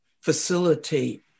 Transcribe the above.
facilitate